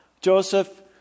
Joseph